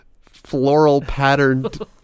floral-patterned